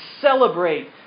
celebrate